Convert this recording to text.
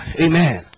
amen